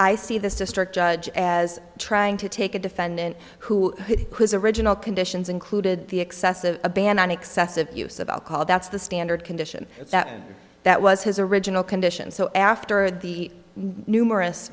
i see this district judge as trying to take a defendant who was original conditions included the excessive a ban on excessive use of alcohol that's the standard condition that that was his original condition so after the numerous